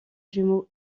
jumeau